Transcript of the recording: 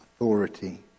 authority